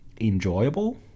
enjoyable